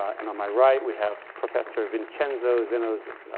and on my right, we have professor vincenzo zeno-zencovich,